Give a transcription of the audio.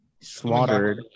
slaughtered